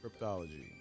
cryptology